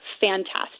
fantastic